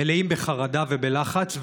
מלאים חרדה ולחץ,